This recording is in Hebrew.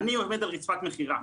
אני עומד על רצפת מכירה.